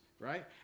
right